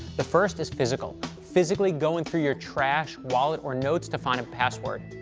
the first is physical physically going through your trash, wallet, or notes to find a password.